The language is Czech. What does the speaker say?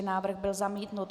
Návrh byl zamítnut.